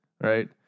right